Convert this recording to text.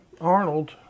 Arnold